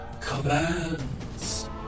commands